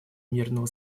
мирного